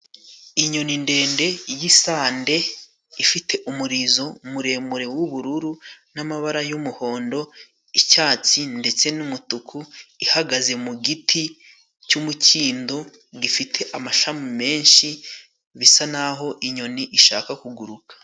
Inyoni ndende yisande. Ifite umurizo muremure w'ubururu, n'amabara y'umuhondo, icyatsi ndetse n'umutuku. Ihagaze mu giti cy'umukindo gifite amashami menshi. Bisa naho inyoni ishaka kuguruka.